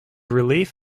relief